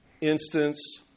instance